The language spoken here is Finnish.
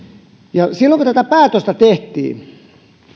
ja silloin kun tätä päätöstä tehtiin